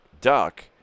duck